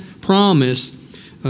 promise